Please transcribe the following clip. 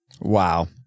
Wow